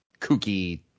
kooky